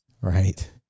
right